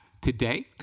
today